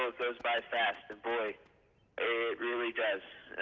it goes by fast. and boy, it really does.